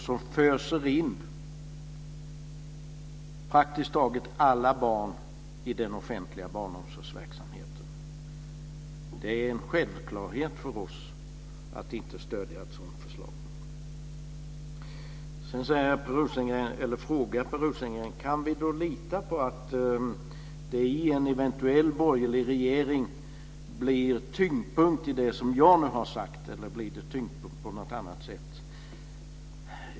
Den föser in praktiskt taget alla barn i den offentliga barnomsorgsverksamheten. Det är en självklarhet för oss att inte stödja ett sådant förslag. Sedan frågar Per Rosengren om vi kan lita på att det i en eventuell borgerlig regering blir tyngdpunkt på det som jag har sagt eller om det blir tyngdpunkt på något annat.